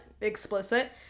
explicit